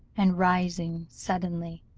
and rising suddenly,